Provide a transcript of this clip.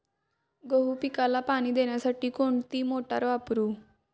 गहू पिकाला पाणी देण्यासाठी कोणती मोटार वापरू?